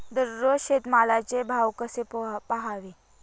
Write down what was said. दररोज शेतमालाचे भाव कसे पहावे?